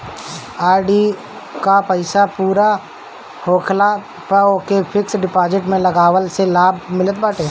RD कअ पईसा पूरा होखला पअ ओके फिक्स डिपोजिट में लगवला से लाभ मिलत बाटे